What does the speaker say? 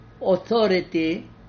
authority